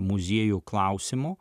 muziejų klausimu